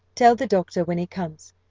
tell the doctor, when he comes,